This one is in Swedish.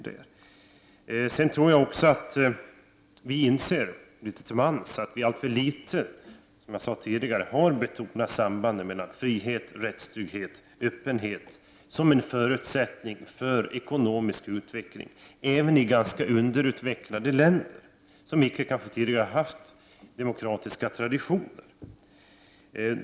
De flesta av oss inser nog att vi alltför litet har betonat sambandet mellan å ena sidan frihet, rättstrygghet och öppenhet och å andra sidan ekonomisk utveckling även i ganska underutvecklade länder, som inte har några demokratiska traditioner.